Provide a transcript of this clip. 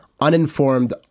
uninformed